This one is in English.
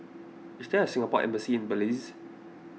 is there Singapore Embassy in Belize